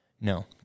No